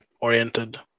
oriented